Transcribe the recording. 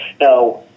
Now